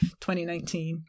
2019